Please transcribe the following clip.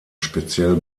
speziell